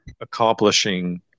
accomplishing